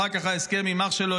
אחר כך ההסכם עם אח שלו,